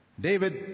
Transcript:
David